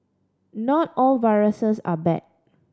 not all viruses are bad